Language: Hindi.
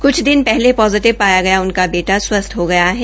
क्छ दिन पहले पोजिटिव पाया गया उनका बेटा स्वस्थ हो गया है